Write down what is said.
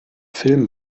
film